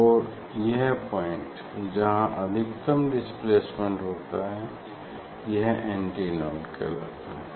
और यह पॉइंट जहाँ अधिकतम डिस्प्लेसमेंट होता हैयह एंटी नोड कहलाता है